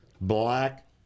black